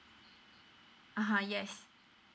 a'ah yes